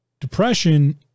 depression